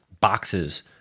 boxes